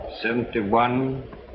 seventy-one